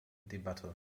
debatte